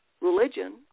religion